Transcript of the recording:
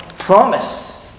Promised